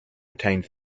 retained